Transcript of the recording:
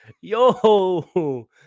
Yo